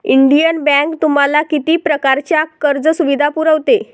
Indian Bank तुम्हाला किती प्रकारच्या कर्ज सुविधा पुरवते?